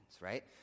right